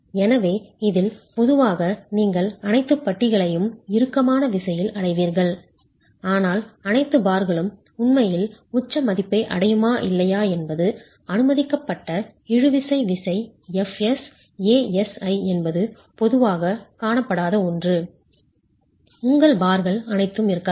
எனவே இதில் பொதுவாக நீங்கள் அனைத்து பட்டிகளையும் இறுக்கமான விசையில் அடைவீர்கள் ஆனால் அனைத்து பார்களும் உண்மையில் உச்ச மதிப்பை அடையுமா இல்லையா என்பது அனுமதிக்கப்பட்ட இழுவிசை விசை fs Asi என்பது பொதுவாகக் காணப்படாத ஒன்று உங்கள் பார்கள் அனைத்தும் இருக்கலாம்